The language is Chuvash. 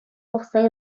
пӑхса